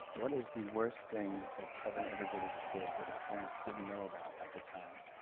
what is the worst thing that kevin ever did as a kid that your parents didn't know about at the time?